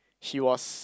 she was